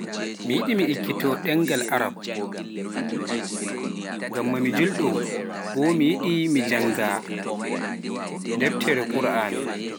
Mi yiɗi mi ekkoto ɗemgal Arab, ngam ma julɗo boo, mi yiɗi mi jannga deftere Kuran.